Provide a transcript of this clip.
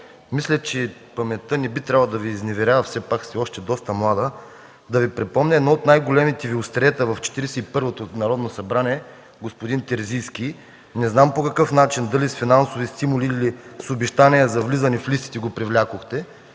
мисля, че паметта не би трябвало да Ви изневерява, все пак сте още доста млада. Ще Ви припомня едно от най-големите Ви остриета в Четиридесет и първото Народно събрание – господин Терзийски. Не знам по какъв начин – дали с финансови стимули или с обещания за влизане в листите, го привлякохте,